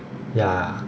ya